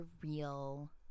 real